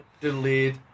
Delete